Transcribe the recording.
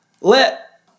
let